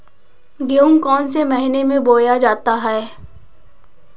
गेहूँ कौन से महीने में बोया जाता है?